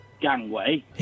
gangway